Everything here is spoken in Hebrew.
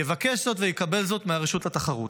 יבקש זאת ויקבל זאת מהרשות לתחרות.